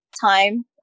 time